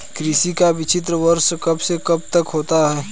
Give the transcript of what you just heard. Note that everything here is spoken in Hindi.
कृषि का वित्तीय वर्ष कब से कब तक होता है?